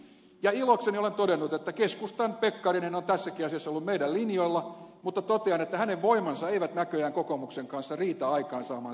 ja ilokseni olen todennut että keskustan pekkarinen on tässäkin asiassa ollut meidän linjoillamme mutta totean että hänen voimansa eivät näköjään kokoomuksen kanssa riitä aikaansaamaan tätä windfall veropäätöstä